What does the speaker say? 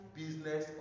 business